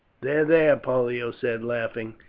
there, there, pollio said laughing,